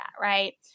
right